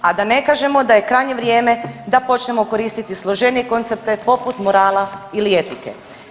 A da ne kažemo da je krajnje vrijeme da počnemo koristiti složenije koncepte poput morala ili etike.